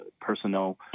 personal